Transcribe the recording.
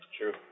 True